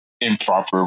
improper